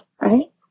right